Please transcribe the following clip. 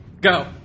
Go